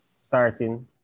starting